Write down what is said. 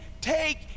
take